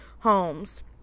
homes